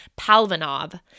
Palvanov